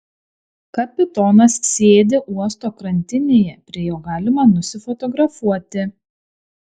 kapitonas sėdi uosto krantinėje prie jo galima nusifotografuoti